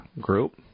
group